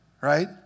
right